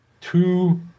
two